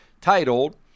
titled